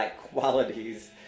qualities